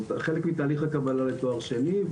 הוא חלק מתהליך הקבלה לתואר שני.